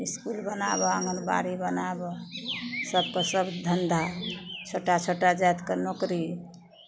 इसकुल बनाबऽ आँगनबाड़ी बनाबऽ सभकेँ सब धन्धा छोटा छोटा जातिके नोकरी